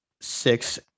six